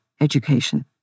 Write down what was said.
education